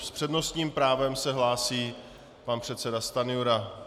S přednostním právem se hlásí pan předseda Stanjura.